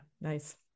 Nice